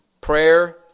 Prayer